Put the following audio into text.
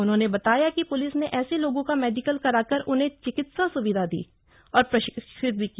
उन्होंने बताया कि प्लिस ने ऐसे लोगों का मेडिकल कराकर उन्हें चिकित्सा सुविधा दी और प्रशिक्षित किया